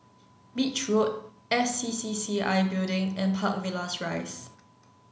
Beach Road S C C C I Building and Park Villas Rise